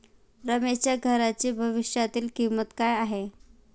रमेशच्या घराची भविष्यातील किंमत काय आहे?